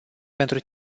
pentru